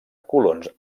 colons